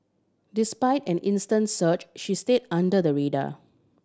despite an intense search she stayed under the radar